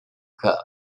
cup